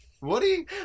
Woody